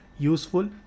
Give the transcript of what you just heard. useful